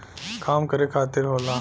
काम करे खातिर होला